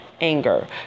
anger